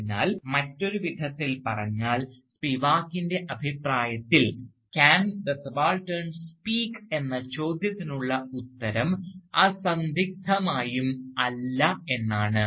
അതിനാൽ മറ്റൊരു വിധത്തിൽ പറഞ്ഞാൽ സ്പിവാക്കിൻറെ അഭിപ്രായത്തിൽ "can the subaltern speak" "Can the Subaltern Speak" എന്ന ചോദ്യത്തിനുള്ള ഉത്തരം അസന്ദിഗ്ദ്ധമായും അല്ല എന്നാണ്